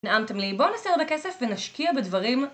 נעמתם לי. בואו נעשה הרבה כסף ונשקיע בדברים?